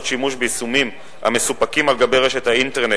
שימוש ביישומים המסופקים על גבי רשת האינטרנט,